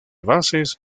bases